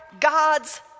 God's